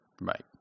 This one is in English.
Right